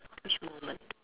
which moment